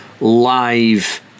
live